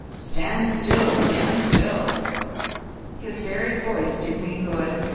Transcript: stand still, stand still his very voice did me good,